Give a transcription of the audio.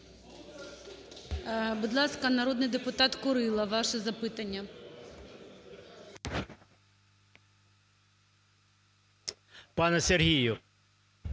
Будь ласка, народний депутат Курило, ваше запитання.